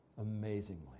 amazingly